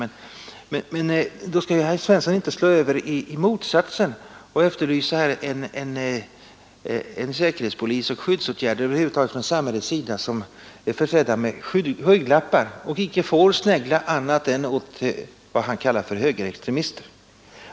Men herr Svensson skall inte slå över till motsatsen och efterlysa en säkerhetspolis som är försedd med skygglappar och icke får snegla åt annat än vad han kallar för högerextremister.